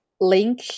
link